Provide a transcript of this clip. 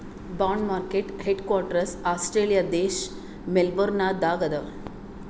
bond market headquarters Australia ದೇಶ್ Melbourne ದಾಗ್ ಅದಾ